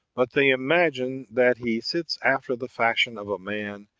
but they imagine that he sits after the fashion of a man,